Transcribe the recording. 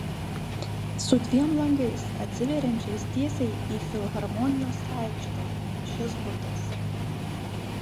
su dviem langais atsiveriančiais tiesiai į filharmonijos aikštę šis butas